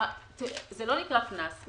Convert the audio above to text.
זה לא נקרא קנס.